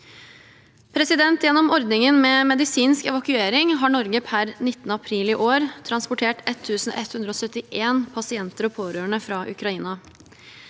måte. Gjennom ordningen med medisinsk evakuering har Norge per 19. april i år transportert 1 171 pasienter og pårørende fra Ukraina.